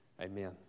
Amen